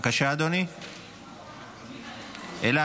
נעבור לנושא הבא על